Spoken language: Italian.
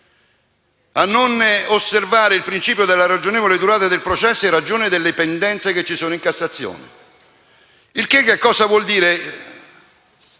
a non osservare il principio della ragionevole durata del processo in ragione delle pendenze che ci sono in Cassazione. Ciò vuol dire,